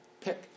pick